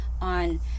on